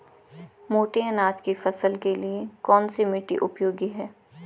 मोटे अनाज की फसल के लिए कौन सी मिट्टी उपयोगी है?